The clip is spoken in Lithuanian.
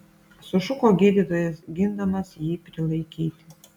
sušuko gydytojas gindamas jį prilaikyti